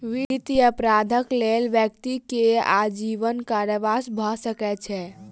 वित्तीय अपराधक लेल व्यक्ति के आजीवन कारावास भ सकै छै